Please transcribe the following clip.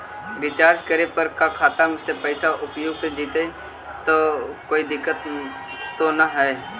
Recharge करे पर का खाता से पैसा उपयुक्त जितै तो कोई दिक्कत तो ना है?